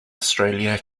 australia